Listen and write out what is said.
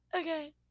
okay